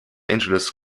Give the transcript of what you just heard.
angeles